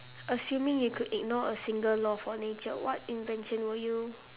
assuming you could ignore a single law of nature what invention will you